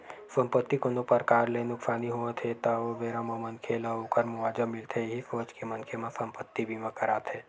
संपत्ति कोनो परकार ले नुकसानी होवत हे ता ओ बेरा म मनखे ल ओखर मुवाजा मिलथे इहीं सोच के मनखे मन संपत्ति बीमा कराथे